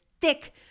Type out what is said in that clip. thick